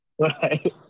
Right